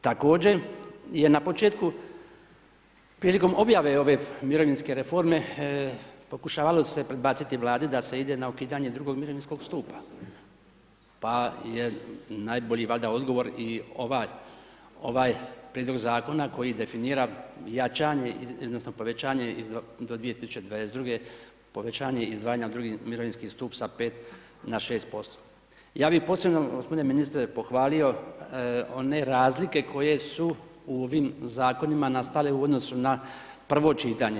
Također je na početku, prilikom objave ove mirovinske reforme, pokušavalo se predbaciti Vladi da se ide na ukidanje drugog mirovinskog stupa, pa je najbolji valjda odgovor i ovaj prijedlog Zakona koji definira jačanje odnosno povećanje do 2022.-ge, povećanje izdvajanja u drugi mirovinski stup sa 5 na 6% Ja bi posebno g. ministre pohvalio razlike koje su ovim zakonima nastali u odnosu na prvo čitanje.